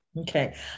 Okay